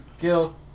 Gil